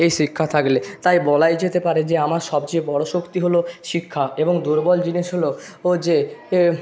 এই শিক্ষা থাকলে তাই বলাই যেতে পারে যে আমার সবচেয়ে বড়ো শক্তি হলো শিক্ষা এবং দুর্বল জিনিস হলো ও যে এ